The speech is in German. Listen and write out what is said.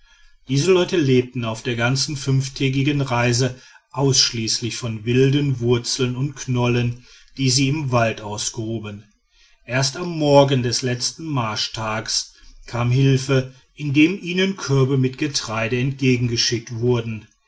diese leute lebten auf der ganzen fünftägigen reise ausschließlich von wilden wurzeln und knollen die sie im wald ausgruben erst am morgen des letzten marschtages kam hilfe indem ihnen körbe mit getreide entgegengeschickt wurden